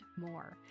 more